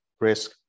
risk